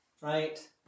right